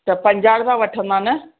त पंजाह रुपया वठंदा न